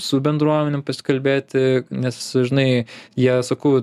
su bendruomenėm pasikalbėti nes žinai jie sakau